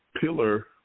pillar